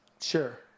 Sure